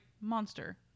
monster